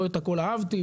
לא את הכול אהבתי,